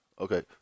Okay